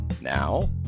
Now